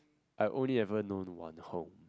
I only haven't known to one home